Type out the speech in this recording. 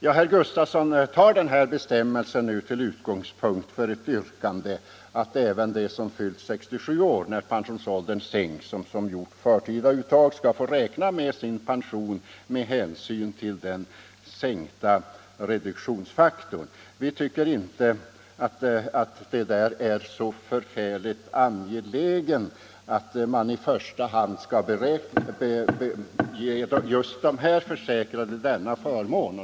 Ta den här bestämmelsen, herr Gustavsson, till utgångspunkt för ett yrkande att även de som fyllt 67 år när pensionsåldern sänks och som gjort förtida uttag skall få räkna sin pension med hänsyn till den minskade reduktionsfaktorn. I utskottet tycker vi inte att det är så förfärligt angeläget att man i första hand skall ge just dessa försäkrade denna förmån.